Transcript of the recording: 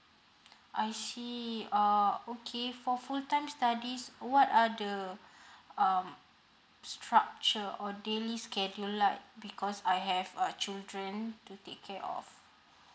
I see err okay for full time studies what are the um structure or daily schedule like because I have a children to take care of